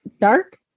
dark